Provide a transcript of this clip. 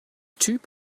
typ